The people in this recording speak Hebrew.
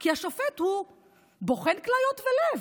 כי השופט הוא בוחן כליות ולב.